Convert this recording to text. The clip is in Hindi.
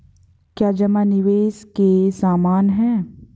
क्या जमा निवेश के समान है?